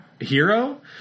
hero